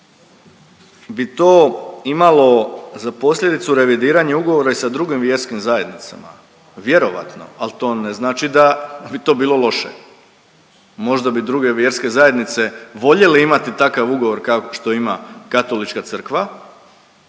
bi to imalo za posljedicu revidiranje ugovora i sa drugim vjerskim zajednicama. Vjerojatno, al to ne znači da bi to bilo loše. Možda bi druge vjerske zajednice voljele imati takav ugovor kao što ima Katolička crkva,